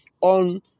on